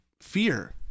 fear